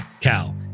cow